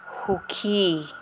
সুখী